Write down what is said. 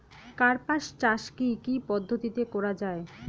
কার্পাস চাষ কী কী পদ্ধতিতে করা য়ায়?